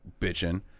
bitching